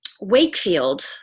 Wakefield